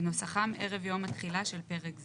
כנוסחם ערב יום התחילה של פרק זה.